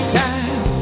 time